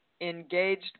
engaged